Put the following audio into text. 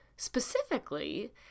Specifically